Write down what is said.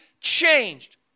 changed